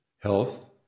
Health